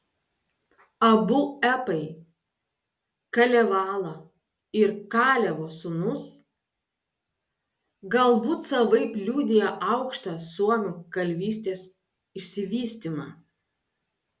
abu epai kalevala ir kalevo sūnus galbūt savaip liudija aukštą suomių kalvystės išsivystymą